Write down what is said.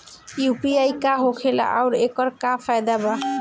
UPI का होखेला आउर एकर का फायदा बा?